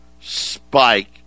spike